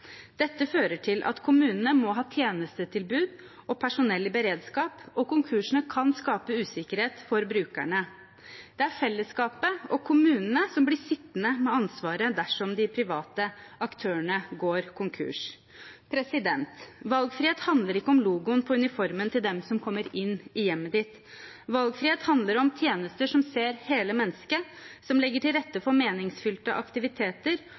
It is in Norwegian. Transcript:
Dette fører til at kommunene må ha tjenestetilbud og personell i beredskap, og konkursene kan skape usikkerhet for brukerne. Det er fellesskapet og kommunene som blir sittende med ansvaret dersom de private aktørene går konkurs. Valgfrihet handler ikke om logoen på uniformen til dem som kommer inn i hjemmet ditt. Valgfrihet handler om tjenester som ser hele mennesket, og som legger til rette for meningsfylte aktiviteter